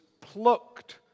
plucked